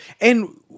and-